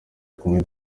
kunywa